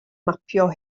mapio